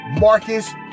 Marcus